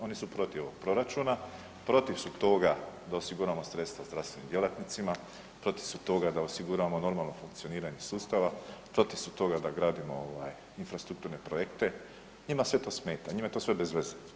Oni su protiv ovog proračuna, protiv su toga da osiguramo sredstva zdravstvenim djelatnicima, protiv su toga da osiguramo normalno funkcioniranje sustava, protiv su toga da gradimo ovaj infrastrukturne projekte, njima sve to smeta, njima je to sve bez veze.